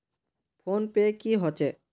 Phone पै की होचे?